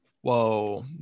Whoa